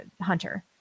hunter